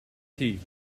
tee